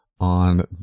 on